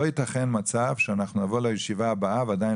לא יתכן מצב שאנחנו נבוא לישיבה הבאה ועדיין